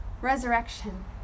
resurrection